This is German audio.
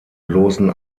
bloßen